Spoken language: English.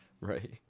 Right